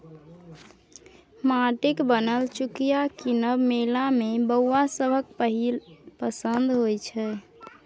माटिक बनल चुकिया कीनब मेला मे बौआ सभक पहिल पसंद होइ छै